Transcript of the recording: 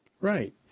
Right